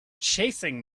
chasing